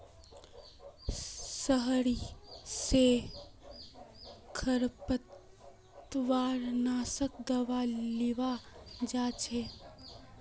शहर स खरपतवार नाशक दावा लीबा जा छि